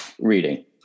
reading